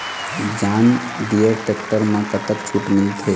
John Deere tractor म कतक छूट मिलथे?